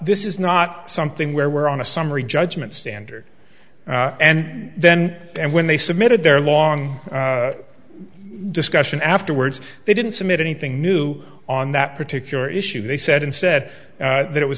this is not something where we're on a summary judgment standard and then when they submitted their long discussion afterwards they didn't submit anything new on that particular issue they said and said that it was